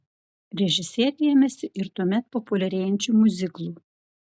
režisierė ėmėsi ir tuomet populiarėjančių miuziklų